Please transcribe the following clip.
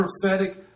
prophetic